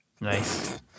Nice